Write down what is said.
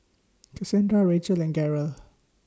Casandra Rachel and Garold